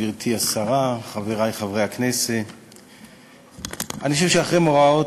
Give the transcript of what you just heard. תודה רבה לך,